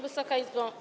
Wysoka Izbo!